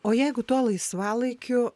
o jeigu tuo laisvalaikiu